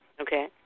Okay